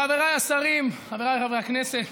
חבריי השרים, חבריי חברי הכנסת,